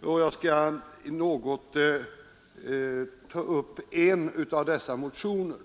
och jag skall något ta upp en av dessa motioner.